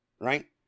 right